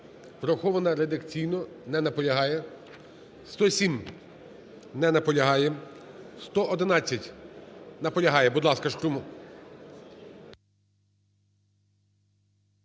є врахована редакційно. Не наполягає. 107. Не наполягає. 111. Наполягає. Будь ласка, Шкрум.